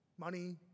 Money